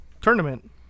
Tournament